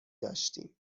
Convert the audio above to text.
داشتیم